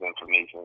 information